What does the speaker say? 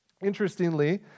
Interestingly